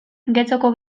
getxoko